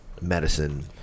medicine